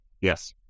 yes